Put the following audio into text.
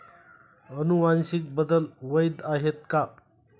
अनुवांशिक बदल वैध आहेत का?